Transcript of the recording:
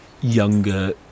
younger